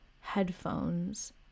headphones